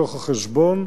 כרגע, חיפה לא בתוך החשבון.